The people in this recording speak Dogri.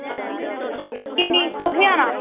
किन्नी कु'त्थें जाना